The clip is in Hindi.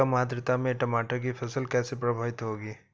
कम आर्द्रता में टमाटर की फसल कैसे प्रभावित होगी?